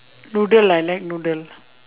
noodle I like noodle